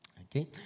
okay